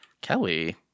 Kelly